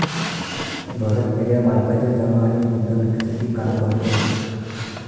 भरत त्याच्या मालकाच्या जमा आणि गुंतवणूकीसाठी काम करतो